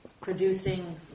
producing